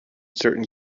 certain